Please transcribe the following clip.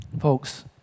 Folks